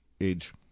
age